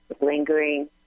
lingering